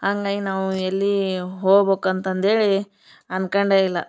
ಹಂಗಾಯ್ ನಾವು ಎಲ್ಲಿ ಹೋಗ್ಬಕು ಅಂತಂದು ಹೇಳಿ ಅನ್ಕಂಡೆ ಇಲ್ಲ